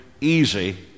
easy